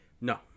No